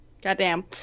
goddamn